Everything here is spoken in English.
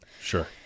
sure